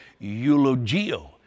eulogio